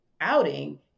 outing